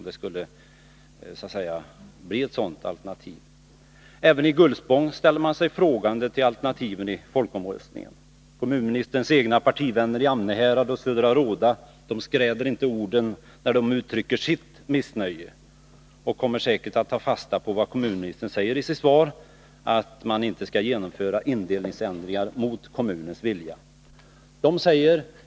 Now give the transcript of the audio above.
Även i Gullspång ställer man sig frågande till alternativen i folkomröstningen. Kommunministerns egna partivänner i Amnehärad och Södra Råda skräder inte orden när de uttrycker sitt missnöje. De kommer säkert att ta fasta på vad kommunministern sade i sitt svar om att man inte skall genomföra ändringar mot kommunens vilja.